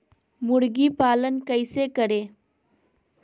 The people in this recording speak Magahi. मुर्गी पालन कैसे करें?